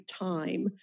time